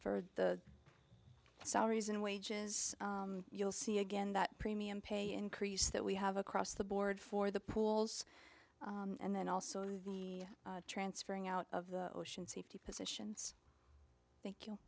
for the salaries and wages you'll see again that premium pay increase that we have across the board for the pools and then also transferring out of the ocean safety positions thank you